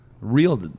real